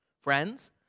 Friends